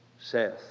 saith